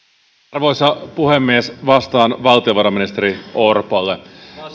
arvoisa puhemies vastaan valtiovarainministeri orpolle